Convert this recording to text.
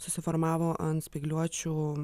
susiformavo ant spygliuočių